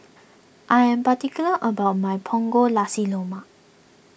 I am particular about my Punggol Nasi low mark